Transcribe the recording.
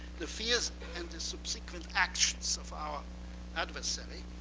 the fears and the subsequent actions of our adversary,